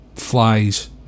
flies